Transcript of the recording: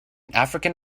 african